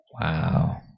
wow